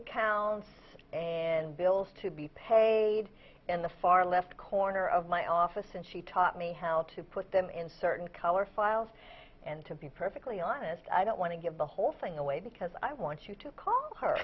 accounts and bills to be paid in the far left corner of my office and she taught me how to put them in certain color files and to be perfectly honest i don't want to give the whole thing away because i want you to call her